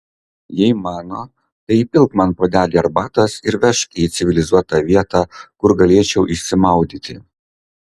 jei mano tai įpilk man puodelį arbatos ir vežk į civilizuotą vietą kur galėčiau išsimaudyti